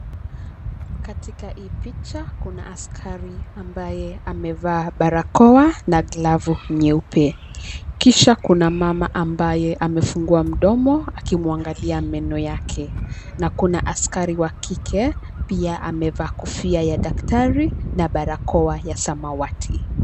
Katika hii picha kuna askari ambaye amevaa barakoa na glavu nyeupe, kisha kuna mama ambaye amefungua mdomo akimwangalia meno yake, na kuna askari wa kike pia amevaa kofia ya daktari na barakoa ya samawati.